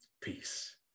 peace